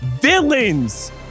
Villains